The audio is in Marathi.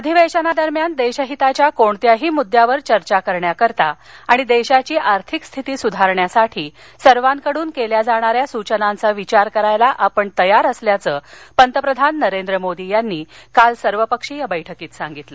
अधिवेशनादरम्यान देशहिताच्या कोणत्याही मुद्द्यावर चर्चा करण्याकरता आणि देशाची आर्थिक स्थिती सुधारण्यासाठी सर्वांकडून केल्या जाणाऱ्या सूचनांचा विचार करायला आपण तयार असल्याचं पंतप्रधान नरेंद्र मोदी यांनी काल सर्वपक्षीय बैठकीत सांगितलं